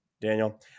Daniel